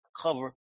cover